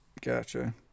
Gotcha